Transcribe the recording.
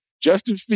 Justin